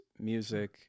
music